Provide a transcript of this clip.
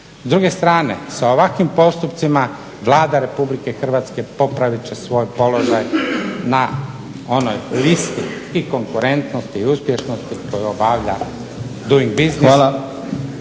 S druge strane sa ovakvim postupcima Vlada Republike Hrvatske popravit će svoj položaj na onoj listi i konkurentnosti i uspješnosti koju obavlja doing business